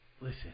Listen